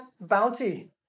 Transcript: bounty